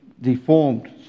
deformed